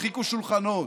הרחיקו שולחנות,